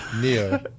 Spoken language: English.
Neo